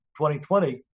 2020